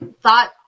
thought